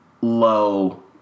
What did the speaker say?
low